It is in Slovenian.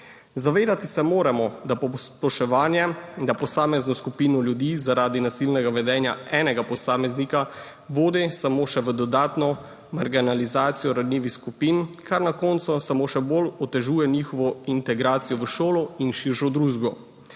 Zavedati se moramo, da posploševanje za posamezno skupino ljudi zaradi nasilnega vedenja enega posameznika, vodi samo še v dodatno marginalizacijo ranljivih skupin, kar na koncu samo še bolj otežuje njihovo integracijo v šolo in širšo družbo.